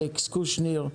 אלכס קושניר,